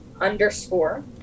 underscore